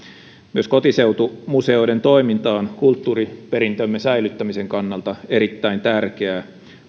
myös kotiseutumuseoiden toiminta on kulttuuriperintömme säilyttämisen kannalta erittäin tärkeää